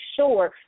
sure